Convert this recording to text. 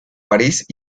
parís